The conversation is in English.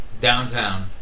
Downtown